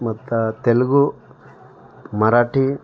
ಮತ್ತ ತೆಲುಗು ಮರಾಠಿ